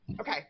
Okay